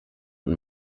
und